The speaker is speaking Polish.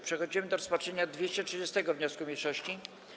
Przechodzimy do rozpatrzenia 230. wniosku mniejszości.